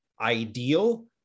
ideal